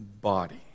body